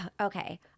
Okay